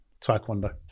taekwondo